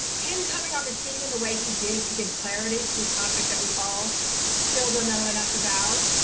him coming on the scene in the way he did to give clarity to a topic that we all still don't know enough about,